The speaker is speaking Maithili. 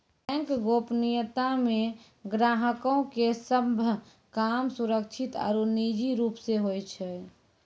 बैंक गोपनीयता मे ग्राहको के सभ काम सुरक्षित आरु निजी रूप से होय छै